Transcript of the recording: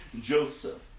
Joseph